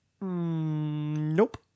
Nope